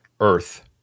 Earth